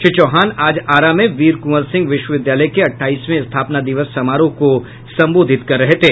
श्री चौहान आज आरा में वीर कुंवर सिंह विश्वविद्यालय के अट्ठाईसवें स्थापना दिवस समारोह को संबोधित कर रहे थे